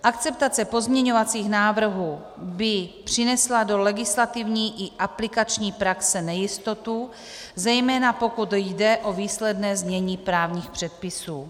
Akceptace pozměňovacích návrhů by přinesla do legislativní i aplikační praxe nejistotu, zejména pokud jde o výsledné znění právních předpisů.